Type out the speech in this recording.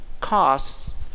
costs